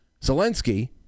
Zelensky